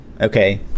okay